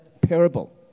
parable